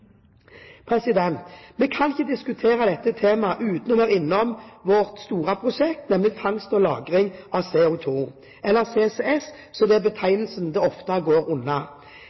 Vi kan ikke diskutere dette temaet uten å være innom vårt store prosjekt, nemlig fangst og lagring av CO2, eller CCS, som er betegnelsen det ofte går